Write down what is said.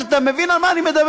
אתה מבין על מה אני מדבר,